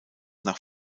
nach